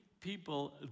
people